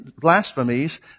blasphemies